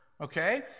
Okay